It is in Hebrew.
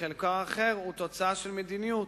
וחלקן האחר הוא תוצאה של מדיניות,